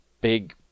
big